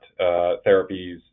therapies